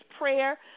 prayer